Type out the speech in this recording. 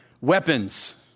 weapons